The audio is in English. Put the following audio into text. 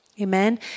Amen